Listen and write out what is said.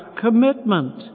commitment